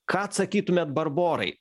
ką atsakytumėt barborai